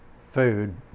food